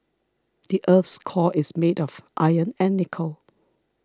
the earth's core is made of iron and nickel